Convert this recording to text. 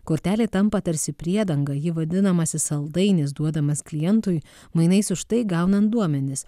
kortelė tampa tarsi priedanga ji vadinamasis saldainis duodamas klientui mainais už tai gaunant duomenis